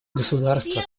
государства